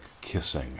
kissing